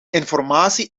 informatie